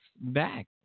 back